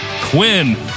Quinn